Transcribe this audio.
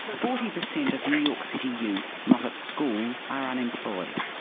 forty percent of new york city youth not at school are unemployed.